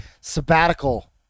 sabbatical